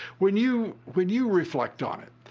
when you when you reflect on it,